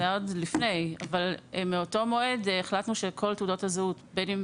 זה היה עוד לפני אבל מאותו מועד החלטנו שכל תעודות הזהות בין אם